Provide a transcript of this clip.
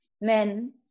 men